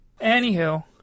Anywho